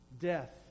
death